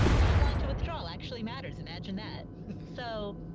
timeline to withdrawal actually matters. imagine that so.